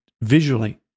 visually